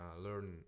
learn